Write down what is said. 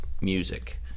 music